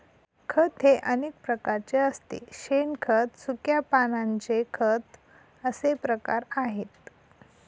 खत हे अनेक प्रकारचे असते शेणखत, सुक्या पानांचे खत असे प्रकार आहेत